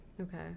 Okay